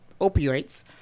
opioids